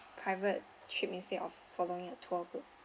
private trip instead of following a tour group